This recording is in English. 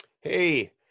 Hey